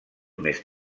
més